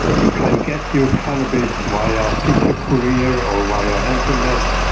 you can get your cannabis via pizza courier or via internet.